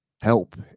help